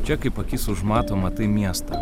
čia kaip akis užmato matai miestą